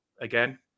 again